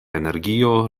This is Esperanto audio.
energio